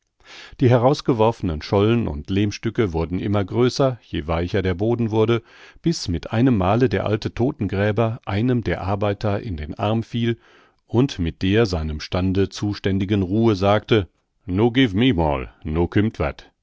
die herausgeworfenen schollen und lehmstücke wurden immer größer je weicher der boden wurde bis mit einem male der alte todtengräber einem der arbeiter in den arm fiel und mit der seinem stande zuständigen ruhe sagte nu giw mi moal nu